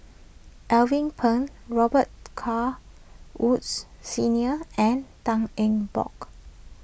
Alvin Pang Robet Carr Woods Senior and Tan Eng Bock